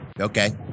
okay